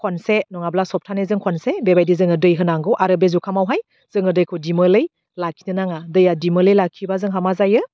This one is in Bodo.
खनसे नङाब्ला सप्तानैजों खनसे बेबायदि जोङो दै होनांगौ आरो बे जुखामावहाय जोङो दैखौ दिमोलै लाखिनो नाङा दैआ दिमोनलै लाखिबा जोंहा मा जायो